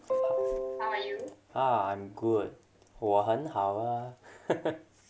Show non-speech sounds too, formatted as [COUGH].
ah I'm good 我很好啊 [LAUGHS]